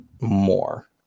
more